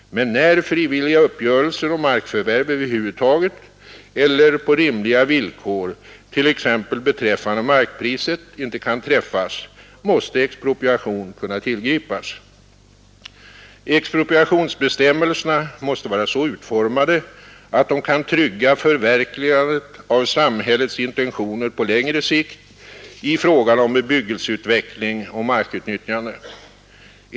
Men när frivilliga uppgörelser om markförvärv över huvud taget eller på rimliga villkor, t.ex. beträffande markpriset, inte kan träffas, måste expropriation kunna tillgripas. Expropriationsbestämmelserna måste vara så utformade att de kan trygga förverkligandet av samhällets intentioner på längre sikt i fråga om bebyggelseutveckling och markutnyttjande.